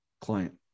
client